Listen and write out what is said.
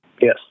Yes